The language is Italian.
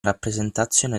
rappresentazione